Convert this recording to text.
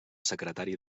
secretari